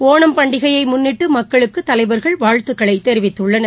ஒணம் பண்டிகையை முன்னிட்டு மக்களுக்கு தலைவர்கள் வாழ்த்துக்கள் தெரிவித்துள்ளனர்